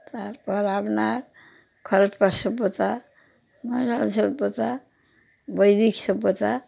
তারপর আপনার হরপ্পা সভ্যতা সভ্যতা বৈদিক সভ্যতা